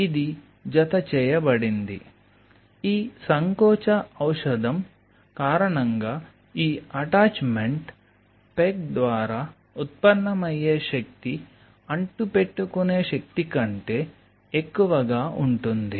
ఇది జతచేయబడింది ఈ సంకోచ ఔషదం కారణంగా ఈ అటాచ్మెంట్ పెగ్ ద్వారా ఉత్పన్నమయ్యే శక్తి అంటిపెట్టుకునే శక్తి కంటే ఎక్కువగా ఉంటుంది